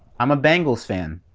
i'm a bengals fan.